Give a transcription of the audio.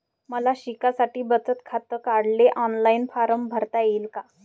मले शिकासाठी बचत खात काढाले ऑनलाईन फारम भरता येईन का?